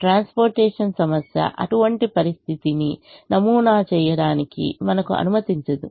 transportation సమస్య అటువంటి పరిస్థితిని నమూనా చేయడానికి మనకు అనుమతించదు